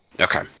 Okay